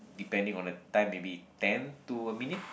depending on the time maybe ten to a minute